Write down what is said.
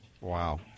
Wow